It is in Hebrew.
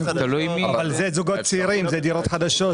אבל אלה זוגות צעירים; אלה דירות חדשות,